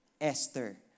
Esther